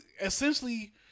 essentially